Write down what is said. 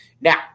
Now